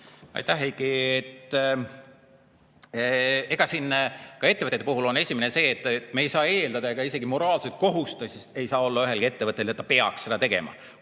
Aitäh, Heiki! Eks ka ettevõtete puhul on esimene asi see: me ei saa eeldada ja isegi moraalset kohustust ei saa olla ühelgi ettevõttel, et ta peaks seda tegema.